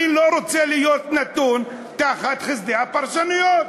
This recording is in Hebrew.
אני לא רוצה להיות נתון תחת חסדי הפרשנויות,